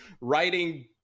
writing